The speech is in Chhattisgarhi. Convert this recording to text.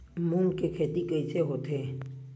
मूंग के खेती कइसे होथे?